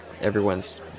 everyone's